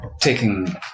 taking